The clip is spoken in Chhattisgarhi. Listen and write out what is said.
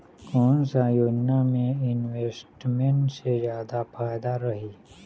कोन सा योजना मे इन्वेस्टमेंट से जादा फायदा रही?